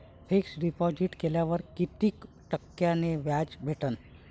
Fix deposit केल्यावर कितीक टक्क्यान व्याज भेटते?